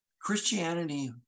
christianity